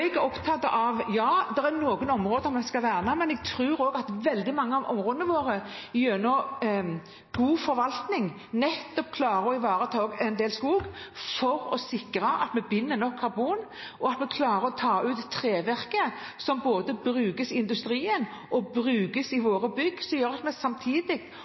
er noen områder vi skal verne, men jeg tror at vi i veldig mange av områdene våre gjennom god forvaltning også klarer å ivareta en del skog for å sikre at vi binder nok karbon, og at vi klarer å ta ut trevirke som brukes både i industrien og i våre bygg, som gjør at vi samtidig